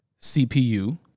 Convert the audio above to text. CPU